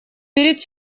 перед